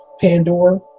Pandora